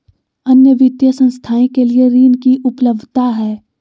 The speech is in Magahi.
अन्य वित्तीय संस्थाएं के लिए ऋण की उपलब्धता है?